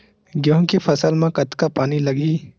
गेहूं के फसल म कतका पानी लगही?